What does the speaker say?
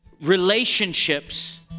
relationships